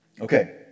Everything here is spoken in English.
Okay